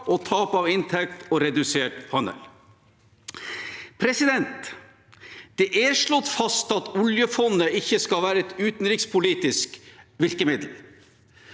og tap av inntekt og redusert handel. Det er slått fast at oljefondet ikke skal være et utenrikspolitisk virkemiddel.